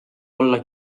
olla